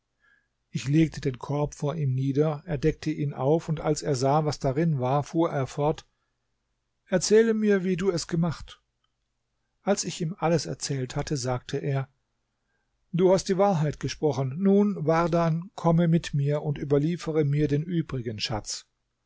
ich legte den korb vor ihm nieder er deckte ihn auf und als er sah was darin war fuhr er fort erzähle mir wie du es gemacht als ich ihm alles erzählt hatte sagte er du hast die wahrheit gesprochen nun wardan komme mit mir und überliefere mir den übrigen schatz